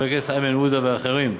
עודה ואחרים.